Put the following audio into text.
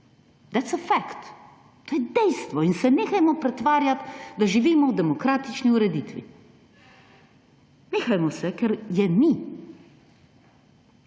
That's a fact. To je dejstvo in se nehajmo pretvarjati, da živimo v demokratični ureditvi! Nehajmo se, ker je ni!